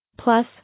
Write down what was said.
Plus